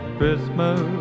Christmas